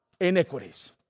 iniquities